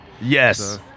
Yes